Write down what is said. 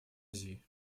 азии